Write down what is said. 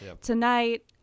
tonight